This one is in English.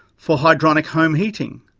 for hydronic home heating.